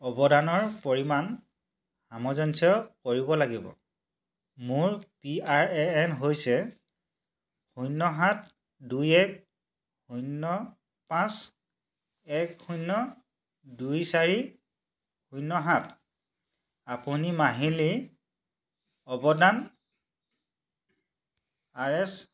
অৱদানৰ পৰিমাণ সামঞ্জস্য কৰিব লাগিব মোৰ পি আৰ এ এন হৈছে শূন্য সাত দুই এক শূন্য পাঁচ এক শূন্য দুই চাৰি শূন্য সাত আপুনি মাহিলী অৱদান আৰ এছ